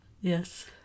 Yes